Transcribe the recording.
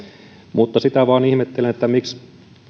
mutta sitä vain ihmettelen miksi